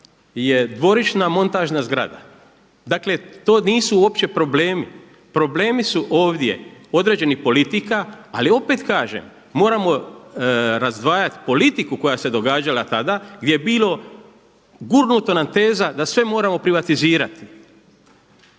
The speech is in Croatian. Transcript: je dvorišna montažna zgrada. Dakle, to nisu uopće problemi. Problemi su ovdje određenih politika, ali opet kažem moramo razdvajati politiku koja se događala tada gdje je bilo gurnuto nam teza da sve moramo privatizirati